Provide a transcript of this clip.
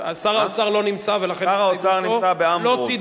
שר האוצר לא נמצא ולכן תגובתו לא תידון.